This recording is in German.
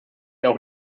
auch